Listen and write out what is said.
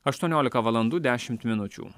aštuoniolika valandų dešimt minučių